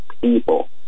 people